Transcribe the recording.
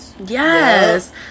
yes